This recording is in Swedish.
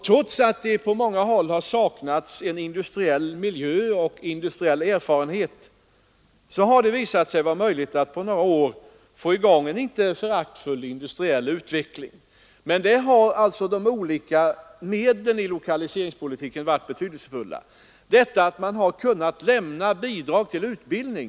Trots att det på många håll har saknats industriell miljö och industriell erfarenhet har det visat sig möjligt att på några år få i gång en inte föraktlig industriell utveckling. Där har de olika medlen i lokaliseringspolitiken varit betydelsefulla, t.ex. möjligheten att lämna bidrag till utbildning.